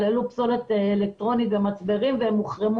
כללו פסולת אלקטרונית ומצברים והן הוחרמו